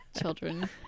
children